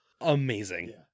Amazing